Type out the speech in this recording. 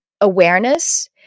awareness